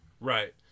Right